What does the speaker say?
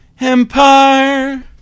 Empire